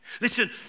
Listen